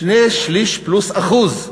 שני-שלישים פלוס 1%,